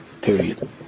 period